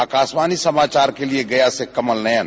आकाशवाणी समाचार के लिए गया से कमल नयन